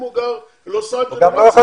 הוא גם לא יכול